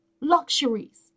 luxuries